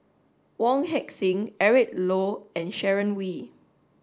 Wong Heck Sing Eric Low and Sharon Wee